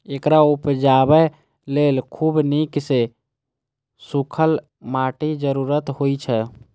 एकरा उपजाबय लेल खूब नीक सं सूखल माटिक जरूरत होइ छै